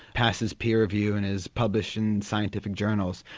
passes peer review and is published in scientific journals.